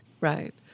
Right